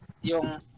yung